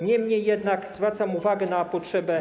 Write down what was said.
Niemniej jednak zwracam uwagę na potrzebę.